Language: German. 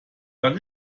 dann